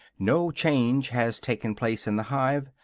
no change has taken place in the hive,